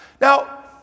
Now